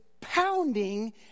pounding